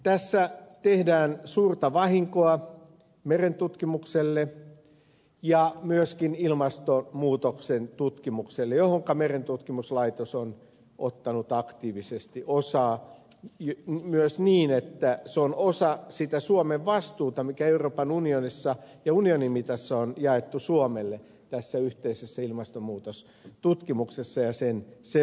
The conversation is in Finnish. tässä tehdään suurta vahinkoa merentutkimukselle ja myöskin ilmastonmuutoksen tutkimukselle johonka merentutkimuslaitos on ottanut aktiivisesti osaa myös niin että se on osa sitä vastuuta joka euroopan unionissa on jaettu suomelle yhteisessä ilmastonmuutostutkimuksessa ja sen seurannassa